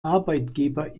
arbeitgeber